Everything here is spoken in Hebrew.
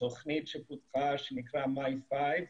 תוכנית שפותחה שנקראת מיי פייב,